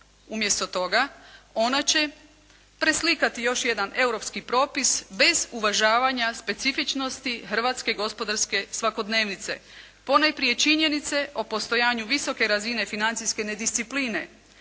umjesto toga ona će preslikati još jedan europski propis bez uvažavanja specifičnosti hrvatske gospodarske svakodnevnice ponajprije činjenice o postojanju visoke razine financijske nediscipline